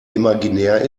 imaginär